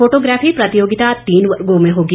photography प्रतियोगिता तीन वर्गों में होगी